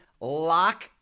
lock